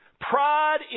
pride